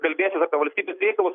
kalbėsis apie valstybės reikalus